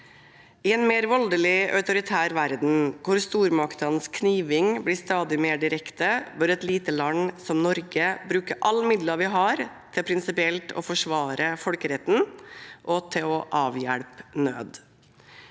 I en mer voldelig og autoritær verden, hvor stormaktenes kniving blir stadig mer direkte, bør et lite land som Norge bruke alle midler vi har, til prinsipielt å forsvare folkeretten og til å avhjelpe nød.